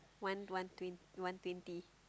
one one twen~ one twenty